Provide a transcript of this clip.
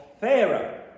Pharaoh